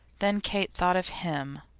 then kate thought of him.